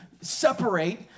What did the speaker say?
separate